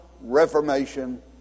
Reformation